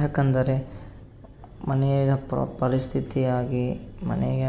ಯಾಕಂದರೆ ಮನೆಯ ಪ್ರೊ ಪರಿಸ್ಥಿತಿಯಾಗಿ ಮನೆಯ